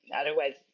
otherwise